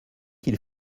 qu’il